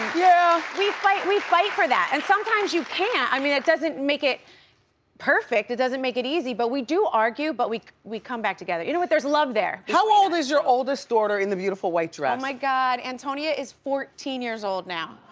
yeah. we fight we fight for that, and sometimes you can't, i mean, it doesn't make it perfect, it doesn't make it easy but we do argue but we we come back together. you know what, there's love there. how old is your oldest daughter in the beautiful white dress? oh my god, antonia is fourteen years old now.